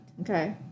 Okay